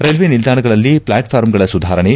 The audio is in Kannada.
ರೈಲ್ವೆ ನಿಲ್ದಾಣಗಳಲ್ಲಿ ಫ್ಲಾಟ್ಫಾರಂಗಳ ಸುಧಾರಣೆ